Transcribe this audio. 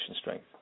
strength